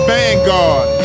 Vanguard